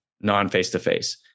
non-face-to-face